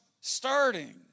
starting